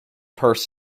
purse